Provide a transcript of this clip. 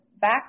back